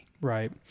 right